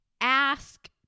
Ask